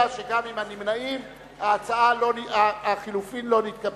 קבוצת סיעת האיחוד הלאומי וקבוצת סיעת רע"ם-תע"ל לסעיף 1 לא נתקבלה.